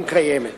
אם קיימת.